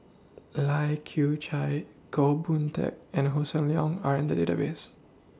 Lai Kew Chai Goh Boon Teck and Hossan Leong Are in The Database